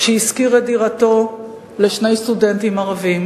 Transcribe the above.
שהשכיר את דירתו לשני סטודנטים ערבים,